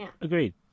agreed